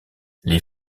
les